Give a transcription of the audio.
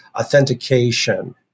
authentication